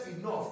enough